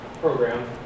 Program